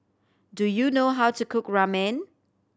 do you know how to cook Ramen